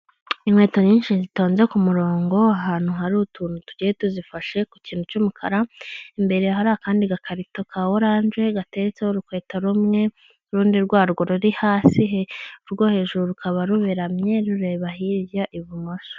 Inkweto nyinshi zitonze ku murongo, ahantutu hari utuntu tugiye tuzifashe ku kintu cy'umukara, imbere hari akandi gakarito ka orange gateretseho urukweto rumwe, urundi rwarwo ruri hasi urwo hejuru rukaba ruberamye rureba hirya ibumoso.